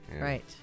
Right